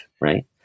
Right